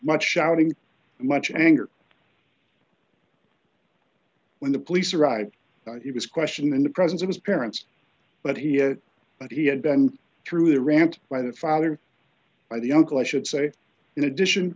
much shouting and much anger when the police arrived he was questioned in the presence of his parents but he but he had been through the rant by the father by the uncle i should say in addition